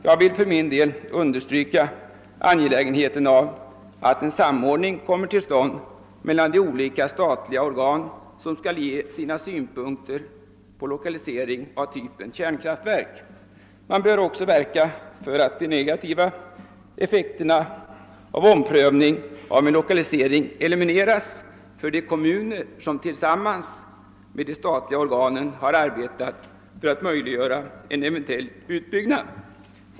För min del vill jag understryka angelägenheten av att en samordning kommer till stånd mellan de olika statliga organ som skall ge sina synpunkter på lokaliseringen av kärnkraftverk. Man bör också verka för att de negativa effekterna av en omprövning av lokaliseringen elimineras för de kommuner som tillsammans med de statliga organen har arbetat för att möjliggöra en eventuell utbyggnad.